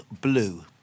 blue